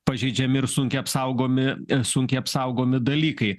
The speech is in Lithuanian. pažeidžiami ir sunkiai apsaugomi sunkiai apsaugomi dalykai